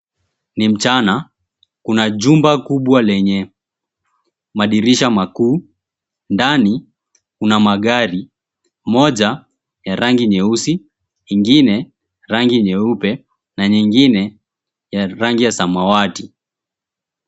Ni mchana, kuna jumba kumbwa lenye madirisha makuu. Ndani kuna magari, moja ya rangi nyeusi, ingine rangi nyeupe na nyingine ya rangi ya samawati.